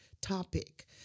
topic